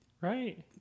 right